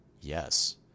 Yes